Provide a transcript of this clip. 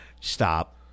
Stop